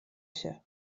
się